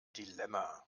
dilemma